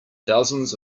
thousands